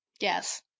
Yes